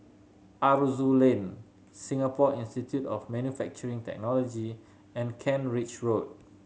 Aroozoo Lane Singapore Institute of Manufacturing Technology and Kent Ridge Road